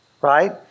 right